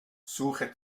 suche